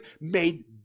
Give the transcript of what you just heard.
made